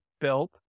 built